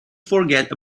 forget